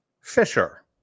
Fisher